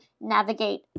navigate